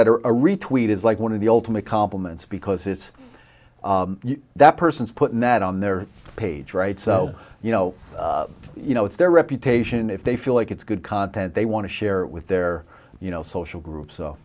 that or a retreat is like one of the ultimate compliments because it's that person's putting that on their page right so you know you know it's their reputation if they feel like it's good content they want to share with their you know social group so